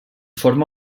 forma